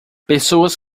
pessoas